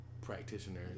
practitioner